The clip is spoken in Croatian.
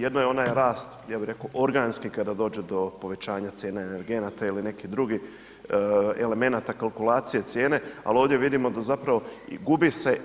Jedno je onaj rast, ja bi reko organski kada dođe do povećanja cijene energenata ili neki drugih elemenata kalkulacije cijene, al ovdje vidimo da zapravo i gubi se